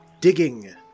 Digging